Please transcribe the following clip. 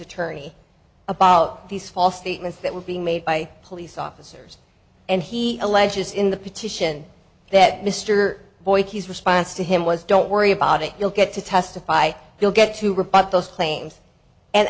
attorney about these false statements that were being made by police officers and he alleges in the petition that mr boies his response to him was don't worry about it you'll get to testify you'll get to rebut those claims and